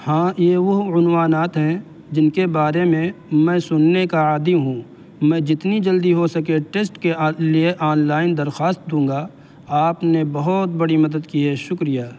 ہاں یہ وہ عنوانات ہیں جن کے بارے میں میں سننے کا عادی ہوں میں جتنی جلدی ہو سکے ٹیسٹ کے لیے آن لائن درخواست دوں گا آپ نے بہت بڑی مدد کی ہے شکریہ